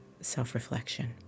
self-reflection